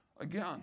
Again